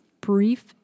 brief